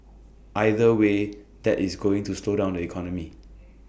either way that is going to slow down the economy